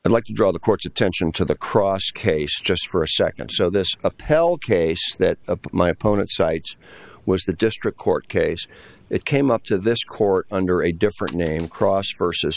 i'd like to draw the court's attention to the cross case just for a second so this upheld case that my opponent cites was the district court case it came up to this court under a different name cross versus